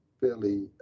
fairly